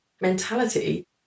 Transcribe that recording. mentality